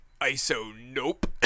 Iso-nope